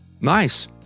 Nice